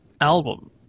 album